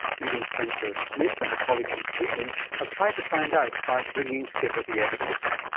megan spencer-smith and a colleague from sweden have tried to find out by bringing together the evidence.